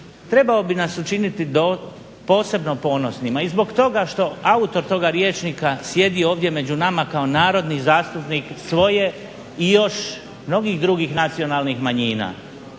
trebao bi nas učiniti posebno ponosnima i zbog toga što autor toga rječnika sjedi ovdje među nama kao narodni zastupnik svoje i još mnogih drugih nacionalnih manjina.